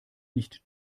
nicht